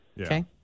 Okay